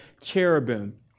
cherubim